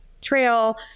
Trail